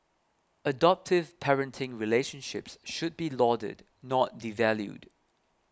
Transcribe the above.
adoptive parenting relationships should be lauded not devalued